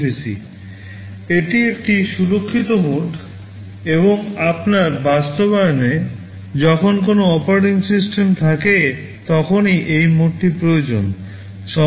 এটি একটি সুরক্ষিত মোড এবং আপনার বাস্তবায়নে যখন কোনও অপারেটিং সিস্টেম থাকে তখনই এই মোডটি প্রয়োজন